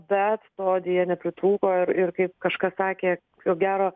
bet to deja nepritrūko ir ir kaip kažkas sakė ko gero